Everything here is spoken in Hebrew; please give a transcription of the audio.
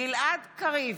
גלעד קריב,